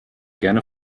gerne